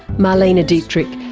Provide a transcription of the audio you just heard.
marlene dietrich,